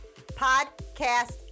Podcast